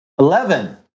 Eleven